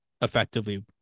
effectively